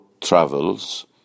travels